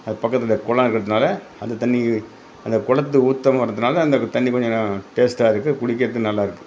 அது பக்கத்தில் குளம் இருக்கிறதுனால அந்த தண்ணி அந்த குளத்து ஊற்று வரதுனால அந்த தண்ணி கொஞ்சம் ந டேஸ்ட்டாக இருக்கு குடிக்கிறதுக்கும் நல்லா இருக்கு